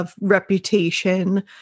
reputation